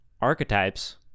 archetypes